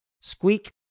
Squeak